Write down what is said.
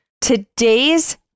Today's